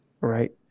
right